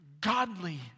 godly